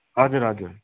हजुर हजुर